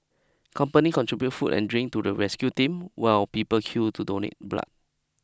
company contribute food and drink to the rescue team while people queued to donate blood